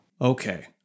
Okay